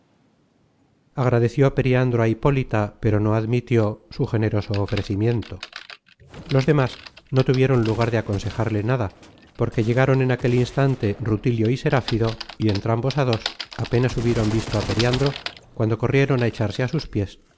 agradeció periandro á hipólita pero no admitió su generoso ofrecimiento los demas no tuvieron lugar de aconsejarle nada porque llegaron en aquel instante rutilio y seráfido y entrambos á dos apenas hubieron visto á periandro cuando corrieron á echarse á sus piés